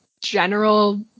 general